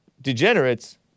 Degenerates